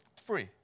free